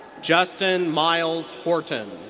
justin myles horton.